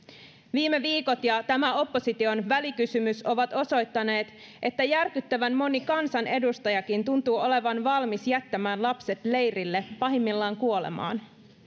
viime viikot ja tämä opposition välikysymys ovat osoittaneet että järkyttävän moni kansanedustajakin tuntuu olevan valmis jättämään lapset leirille pahimmillaan kuolemaan